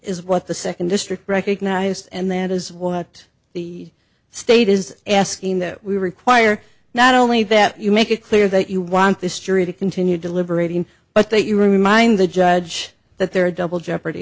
is what the second district recognized and that is what the state is asking that we require not only that you make it clear that you want this jury to continue deliberating but that you remind the judge that there are double jeopardy